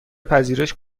پذیرش